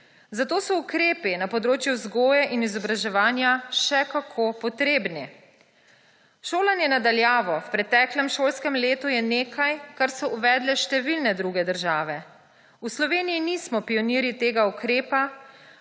Zato so ukrepi na področju vzgoje in izobraževanja še kako potrebni. Šolanje na daljavo v preteklem šolskem letu je nekaj, kar so uvedle številne druge države. V Sloveniji nismo pionirji tega ukrepa,